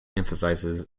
emphasizes